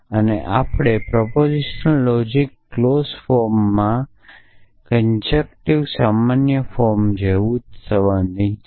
અને આપણે proposition logic clause ફોર્મમાં કન્જેક્ટીવ સામાન્ય ફોર્મ જેવું જ સંબંધિત છે